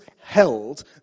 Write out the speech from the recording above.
held